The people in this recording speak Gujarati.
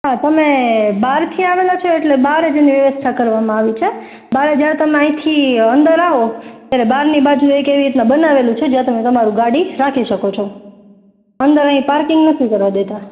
હા તમે બારથી આવેલા છો એટલે બારજ એનઈ વેવસ્થા કરવામાં આવી છે બારે જ્યારે તમે આઈથી અંદર આવો ત્યારે બારની બાજુ એક એવી એ રીતના બનાવેલું છે જ્યાં તમે તમારું ગાડી રાખી શકો છો અંદર અઇ પાર્કિંગ નથી કરવા દેતા